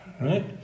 right